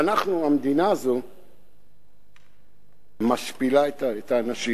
ואנחנו, המדינה הזאת משפילה את האנשים